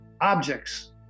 objects